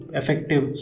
effective